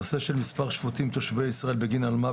נושא של מספר שפוטים במדינת ישראל בגין אלימות